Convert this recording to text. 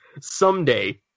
someday